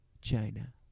China